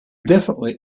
definitely